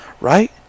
right